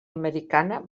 americana